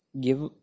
give